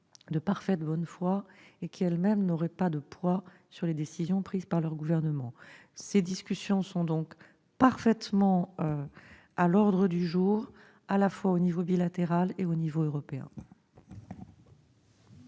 de parfaite bonne foi, mais qui n'auraient pas de poids sur les décisions prises par leur gouvernement. Ces discussions sont donc parfaitement à l'ordre du jour, à la fois au niveau bilatéral et au niveau européen.